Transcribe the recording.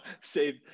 Save